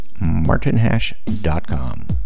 martinhash.com